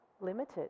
limited